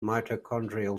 mitochondrial